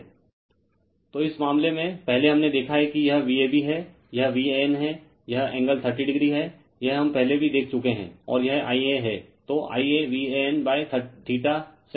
refer slide time 0658 तो इस मामले में पहले हमने देखा है कि यह Vab है यह VAN है यह एंगल 30o है यह हम पहले भी देख चुके हैं और यह Ia है